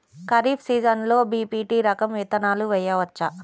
ఖరీఫ్ సీజన్లో బి.పీ.టీ రకం విత్తనాలు వేయవచ్చా?